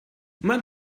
man